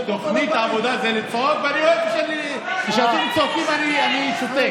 תוכנית העבודה זה לצעוק, וכשאתם צועקים אני שותק.